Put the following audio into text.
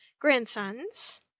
grandsons